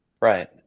Right